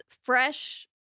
fresh